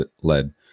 led